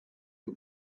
too